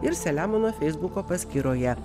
ir selemono feisbuko paskyroje